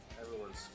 Everyone's